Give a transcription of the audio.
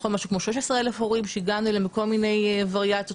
כ-16,000 הורים שהגענו אליהם בכל מיני וריאציות.